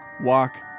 walk